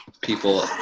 people